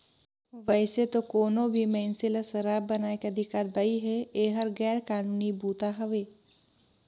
वइसे तो कोनो भी मइनसे ल सराब बनाए के अधिकार बइ हे, एहर गैर कानूनी बूता हवे